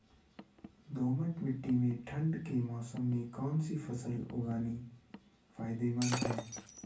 दोमट्ट मिट्टी में ठंड के मौसम में कौन सी फसल उगानी फायदेमंद है?